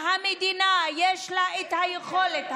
אם למדינה יש את היכולת,